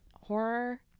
horror